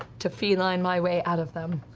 to feline my way out of them.